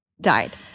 died